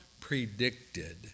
predicted